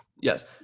yes